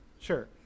Sure